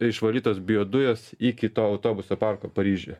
išvarytos biodujos į kito autobuso parko paryžiuje